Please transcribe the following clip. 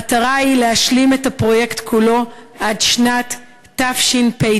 המטרה היא להשלים את הפרויקט כולו עד שנת תשפ"ד,